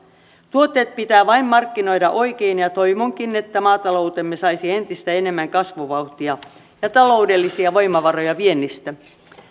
tuotteet pitää vain markkinoida oikein ja ja toivonkin että maataloutemme saisi entistä enemmän kasvuvauhtia ja taloudellisia voimavaroja viennistä